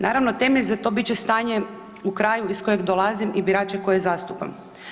Naravno, temelj za to bit će stanje u kraju iz kojeg dolazim i birače koje zastupam.